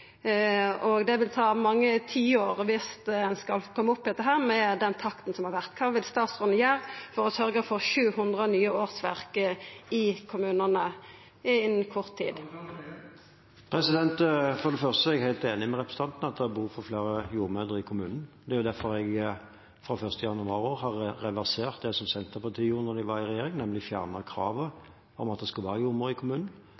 retningslinjer. Det vil ta mange tiår viss ein skal koma opp i dette med den takten som har vore. Kva vil statsråden gjera for å sørgja for 700 nye årsverk i kommunane innan kort tid? For det første er jeg helt enig med representanten i at det er behov for flere jordmødre i kommunene. Det er derfor jeg fra 1. januar i år har reversert det Senterpartiet gjorde da de satt i regjering, nemlig å fjerne kravet om at det skal være jordmor i kommunen.